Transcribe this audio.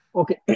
okay